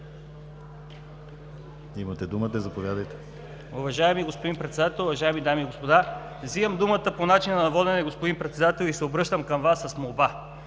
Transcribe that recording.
Имате думата, заповядайте.